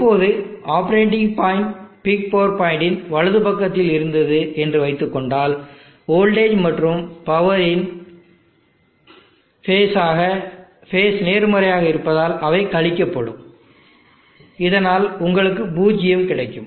இப்போது operating point peak power point இன் வலது பக்கத்தில் இருந்தது என்று வைத்துக்கொண்டால் வோல்டேஜ் மற்றும் பவரின் ஃபேஸ் நேர்மாறாக இருப்பதால் அவை கழிக்கப்படும் இதனால் உங்களுக்கு பூஜ்ஜியம் கிடைக்கும்